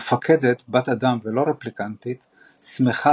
המפקדת – בת אדם ולא רפליקנטית – שמחה